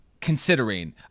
considering